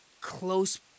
close